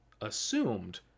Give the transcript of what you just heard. assumed